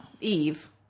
Eve